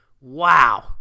Wow